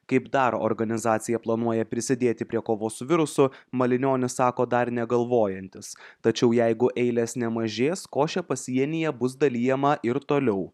kaip dar organizacija planuoja prisidėti prie kovos su virusu malinionis sako dar negalvojantis tačiau jeigu eilės nemažės košė pasienyje bus dalijama ir toliau